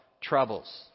troubles